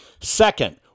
Second